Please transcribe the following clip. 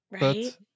Right